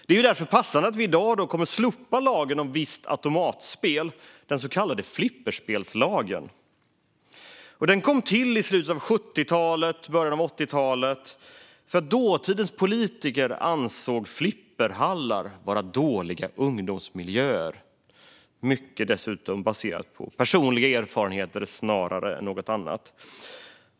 Det är därför passande att vi i dag kommer att slopa lagen om visst automatspel, den så kallade flipperspelslagen. Den kom till i slutet av 70talet, början av 80-talet, för att dåtidens politiker ansåg flipperhallar vara dåliga ungdomsmiljöer. Det var dessutom mycket baserat på personliga erfarenheter snarare än något annat.